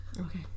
Okay